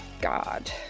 God